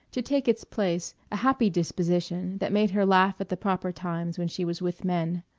to take its place, a happy disposition that made her laugh at the proper times when she was with men.